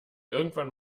irgendwann